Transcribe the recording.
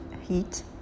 heat